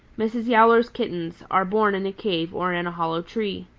mrs. yowler's kittens are born in a cave or in a hollow tree.